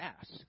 ask